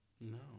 No